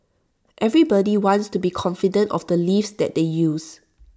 everybody wants to be confident of the lifts that they use